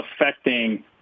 affecting